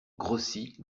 grossit